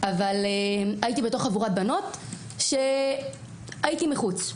אבל הייתי בתוך חבורת בנות שהייתי מחוץ.